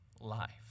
life